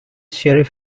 sheriff